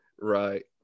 right